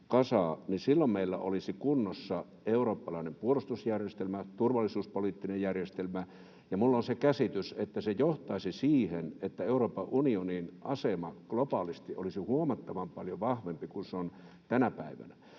silloin meillä olisi kunnossa eurooppalainen puolustusjärjestelmä, turvallisuuspoliittinen järjestelmä, ja minulla on se käsitys, että se johtaisi siihen, että Euroopan unionin asema globaalisti olisi huomattavan paljon vahvempi kuin se on tänä päivänä.